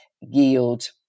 yield